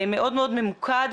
מאוד מאוד ממוקד,